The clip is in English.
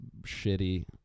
shitty